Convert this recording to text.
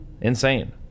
Insane